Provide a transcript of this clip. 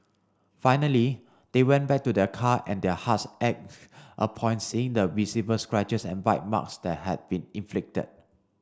finally they went back to their car and their hearts ached upon seeing the visible scratches and bite marks that had been inflicted